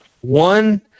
One